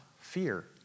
fear